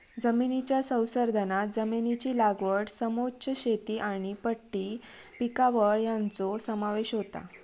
जमनीच्या संवर्धनांत जमनीची लागवड समोच्च शेती आनी पट्टी पिकावळ हांचो समावेश होता